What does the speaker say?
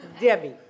Debbie